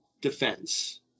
defense